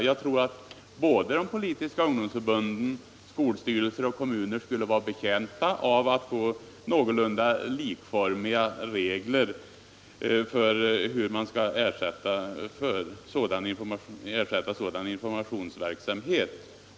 Jag tror att inte bara de politiska ungdomsförbunden utan också skolstyrelser och kommuner skulle vara betjänta av att få någorlunda likformiga regler för hur man skall ersätta sådan informationsverksamhet.